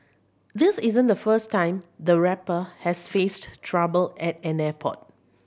this isn't the first time the rapper has faced trouble at an airport